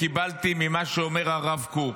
קיבלתי ממה שאומר הרב קוק.